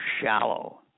shallow